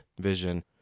vision